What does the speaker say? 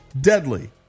deadly